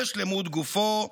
בשלמות גופו,